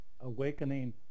awakening